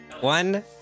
One